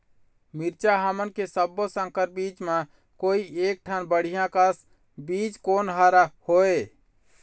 मिरचा हमन के सब्बो संकर बीज म कोई एक ठन बढ़िया कस बीज कोन हर होए?